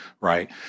right